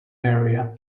area